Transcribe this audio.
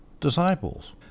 disciples